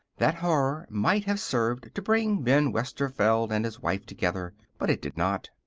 that horror might have served to bring ben westerveld and his wife together, but it did not.